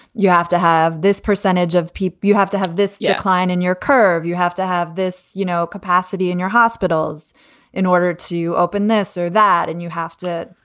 you have to have this percentage of people. you have to have this decline in your curve. you have to have this, you know, a capacity in your hospitals in order to open this or that. and you have to,